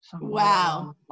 wow